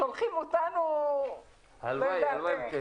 שולחים אותנו לא יודעת איך.